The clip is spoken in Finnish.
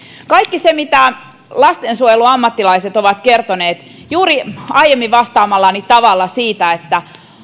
lastensuojelun ammattilaiset ovat kertoneet juuri aiemmin vastaamallani tavalla siitä että